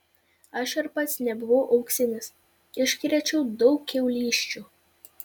aš ir pats nebuvau auksinis iškrėčiau daug kiaulysčių